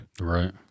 Right